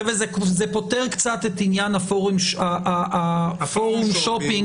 זה פותר קצת את העניין של הפורום שופינג,